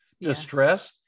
distress